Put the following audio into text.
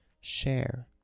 Share